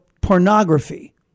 pornography